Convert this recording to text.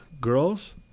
girls